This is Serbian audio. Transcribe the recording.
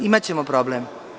Imaćemo problem.